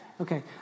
Okay